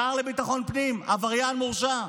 שר לביטחון פנים עבריין מורשע.